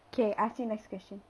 okay ask me next question